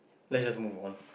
let us just move on